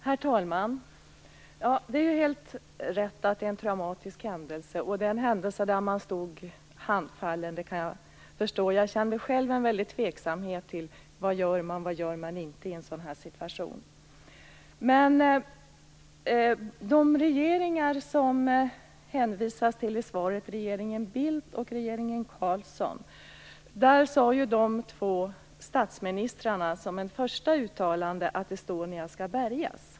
Herr talman! Det är helt rätt att det var en traumatisk händelse. Det var en händelse inför vilken man stod handfallen. Jag känner själv en väldig tveksamhet till vad man gör och vad man inte gör i en sådan situation. Statsministrarna i de regeringar som det hänvisas till i svaret, regeringen Bildt och regeringen Carlsson, sade i sina första uttalanden att Estonia skulle bärgas.